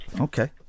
Okay